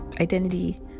identity